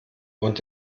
und